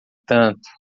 tanto